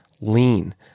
lean